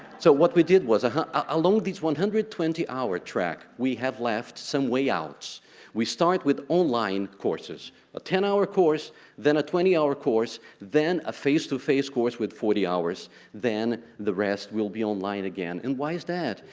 so what we did was ah ah along these one hundred and twenty hour track we have left some way out we start with online courses a ten hour course then a twenty hour course then a face-to-face course with forty hours then the rest will be online again and why is that?